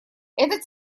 этот